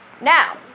Now